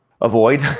Avoid